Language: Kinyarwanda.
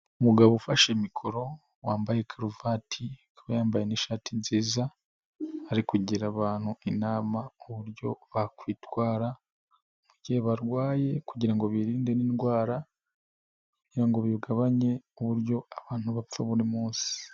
Umugabo ufashe mikoro wambaye karuvati akaba yambaye n'ishati nziza, ari kugira abantu inama uburyo bakwitwara mu gihe barwaye kugira ngo birinde n'indwara kugira ngo bigabanye uburyo abantu bapfa buri munsi.